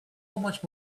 much